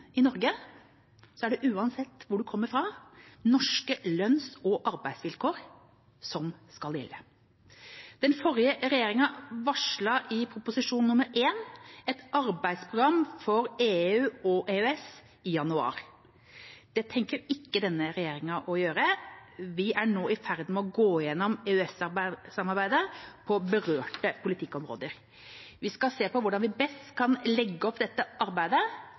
i Norge er det, uansett hvor man kommer fra, norske lønns- og arbeidsvilkår som skal gjelde. Den forrige regjeringa varslet i Prop. 1 S et arbeidsprogram for EU/EØS i januar. Det tenker ikke denne regjeringa å gjøre. Vi er nå i ferd med å gå gjennom EØS-samarbeidet på berørte politikkområder. Vi skal se på hvordan vi best kan legge opp dette arbeidet